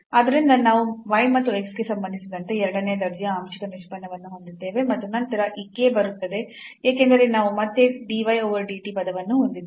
ಆದ್ದರಿಂದ ನಾವು y ಮತ್ತು x ಗೆ ಸಂಬಂಧಿಸಿದಂತೆ ಎರಡನೇ ದರ್ಜೆಯ ಆಂಶಿಕ ನಿಷ್ಪನ್ನವನ್ನು ಹೊಂದಿದ್ದೇವೆ ಮತ್ತು ನಂತರ ಈ k ಬರುತ್ತದೆ ಏಕೆಂದರೆ ನಾವು ಮತ್ತೆ dy over dt ಪದವನ್ನು ಹೊಂದಿದ್ದೇವೆ